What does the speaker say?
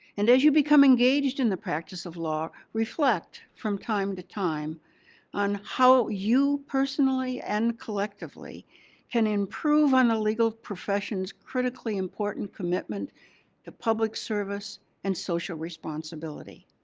and as you become engaged in the practice of law, reflect from time to time on how you personally and collectively can improve on the legal profession's critically important commitment to public service and social responsibility.